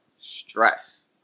stress